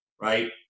right